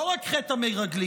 לא רק חטא המרגלים.